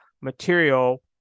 material